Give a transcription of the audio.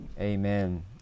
Amen